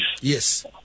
Yes